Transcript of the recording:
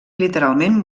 literalment